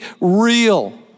real